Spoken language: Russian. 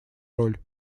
роль